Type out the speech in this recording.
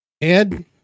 Ed